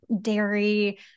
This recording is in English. dairy